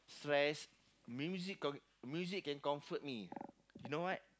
stress music co~ music can comfort me you know what